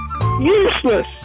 Useless